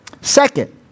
Second